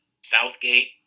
Southgate